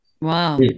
Wow